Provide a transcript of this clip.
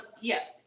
Yes